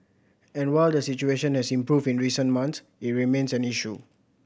and while the situation has improved in recent months it remains an issue